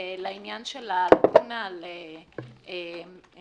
לעניין של הלקונה על מאגרים